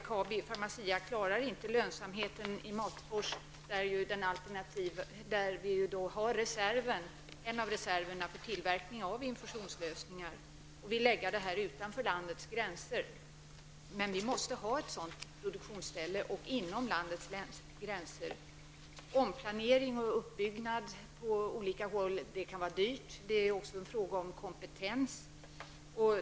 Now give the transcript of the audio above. Kabi-Pharmacia klarar inte lönsamheten i Matfors, där en av reserverna för tillverkning av infusionslösningar finns, utan vill förlägga denna tillverkning utanför landets gränser. Men vi måste ha ett produktionsställe inom landets gränser. Omplanering och uppbyggnad på olika håll kan vara dyrt. Det är också fråga om kompetens.